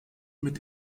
mit